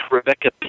Rebecca